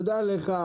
תודה לך,